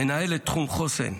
מנהלת תחום חוסן,